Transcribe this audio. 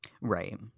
Right